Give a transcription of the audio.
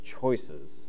choices